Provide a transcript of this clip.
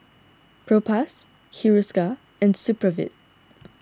Propass Hiruscar and Supravit